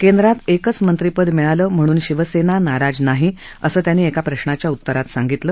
केंद्रात एकच मंत्रिपद मिळालं म्हणून शिवसेना नाराज नाही असं त्यांनी एका प्रश्नाच्या उत्तरात सांगितलं